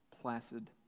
placid